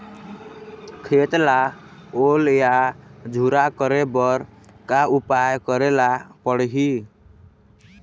खेत ला ओल या झुरा करे बर का उपाय करेला पड़ही?